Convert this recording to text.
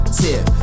tip